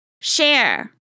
share